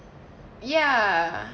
ya